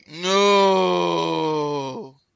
No